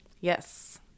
yes